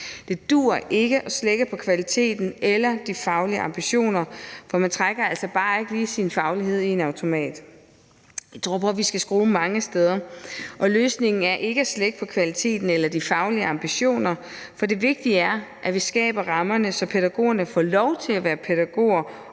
Det duer ikke at slække på kvaliteten eller de faglige ambitioner, for man trækker altså bare ikke lige sin faglighed i en automat. Vi tror på, at der skal skrues mange steder, og løsningen er ikke at slække på kvaliteten eller de faglige ambitioner, for det vigtige er, at vi skaber rammerne, så pædagogerne får lov til at være pædagoger